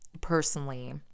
personally